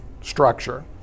structure